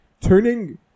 turning